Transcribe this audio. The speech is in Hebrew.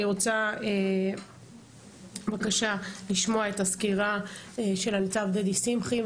אני רוצה לשמוע את הסקירה של ניצב דדי שמחי.